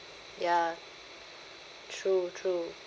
ya true true